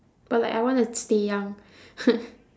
but like I want to stay young